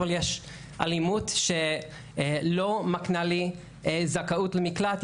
אבל יש אלימות שלא מקנה לי זכאות למקלט.